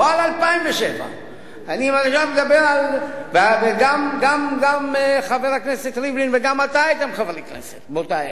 לא על 2007. גם חבר הכנסת ריבלין וגם אתה הייתם חברי כנסת באותה עת.